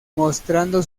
mostrando